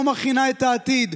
לא מכינה את העתיד,